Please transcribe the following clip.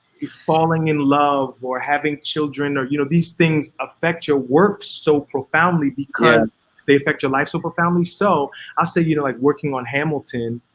falling in love or having children or, you know, these things affect your work so profoundly because they affect your life so profoundly. so i say, you know, like working on hamilton,